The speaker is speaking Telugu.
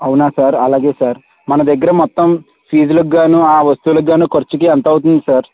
అవునా సార్ అలాగే సార్ మన దగ్గర మొత్తం ఫీజులకు గాను ఆ వస్తువులకు గాను ఖర్చుకి ఎంత అవుతుంది సార్